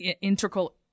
integral